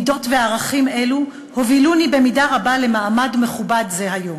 מידות וערכים אלו הובילוני במידה רבה למעמד מכובד זה היום.